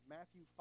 Matthew